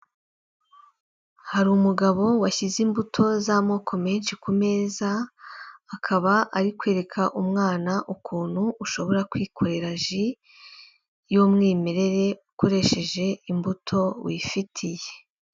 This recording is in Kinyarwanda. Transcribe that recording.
Hari umugabo washyize imbuto z'amoko menshi ku meza, akaba ari kwereka umwana ukuntu ushobora kwikorera ji y'umwimerere ukoresheje imbuto wifitiye.